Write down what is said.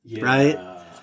right